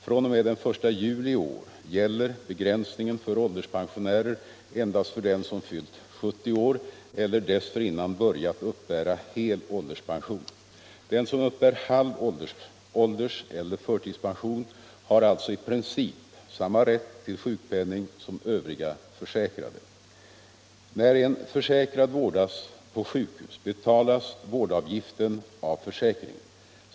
fr.o.m. den 1 juli i år gäller begränsningen för ålderspensionärer endast för den som fyllt 70 år eller dessförinnan börjat uppbära hel ålderspension. Den som uppbär halv ålderseller förtidspension har alltså i princip samma rätt till sjukpenning som övriga försäkrade. När en försäkrad vårdas på sjukhus betalas vårdavgiften av försäkringen.